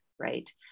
right